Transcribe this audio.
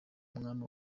mwami